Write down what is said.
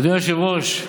היושב-ראש,